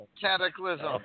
cataclysm